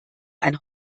ein